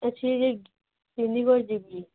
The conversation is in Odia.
ଅଛି ଯେ ସିନେମା ଯିବି